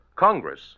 Congress